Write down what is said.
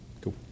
Cool